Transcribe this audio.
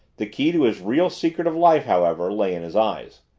the key to his real secret of life, however, lay in his eyes.